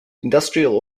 industrial